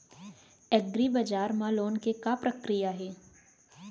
एग्रीबजार मा लोन के का प्रक्रिया हे?